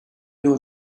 know